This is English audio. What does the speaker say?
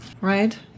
Right